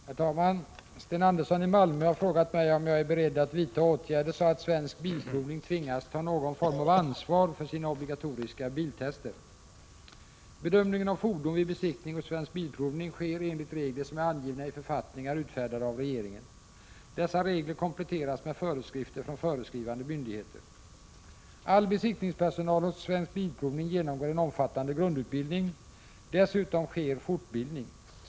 Herr talman! Sten Andersson i Malmö har frågat om jag är beredd att vidta åtgärder så att Svensk Bilprovning tvingas ta någon form av ansvar för sina obligatoriska biltester. Bedömningen av fordon vid besiktning hos Svensk Bilprovning sker enligt regler som är angivna i författningar utfärdade av regeringen. Dessa regler kompletteras med föreskrifter från föreskrivande myndigheter. All besiktningspersonal hos Svensk Bilprovning genomgår en omfattande grundutbildning. Dessutom sker fortbildning.